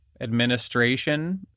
administration